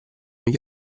gli